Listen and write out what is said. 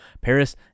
Paris